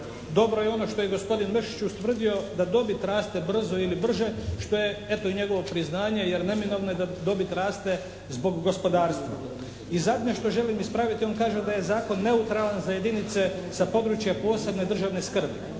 dobro je ono što je gospodin Mršić ustvrdio da dobit raste brzo ili brže što je eto i njegovo priznanje, jer neminovno je da dobit raste zbog gospodarstva. I zadnje što želim ispraviti, on kaže da je zakon neutralan za jedinice sa područja posebne državne skrbi.